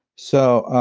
so,